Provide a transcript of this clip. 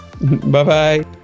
Bye-bye